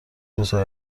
روزهای